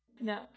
no